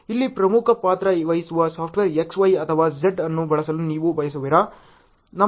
ಇಲ್ಲಿ ಪ್ರಮುಖ ಪಾತ್ರ ವಹಿಸುವ ಸಾಫ್ಟ್ವೇರ್ x y ಅಥವಾ z ಅನ್ನು ಬಳಸಲು ನೀವು ಬಯಸುವಿರಾ